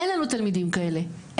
אין לנו תלמידים כאלה,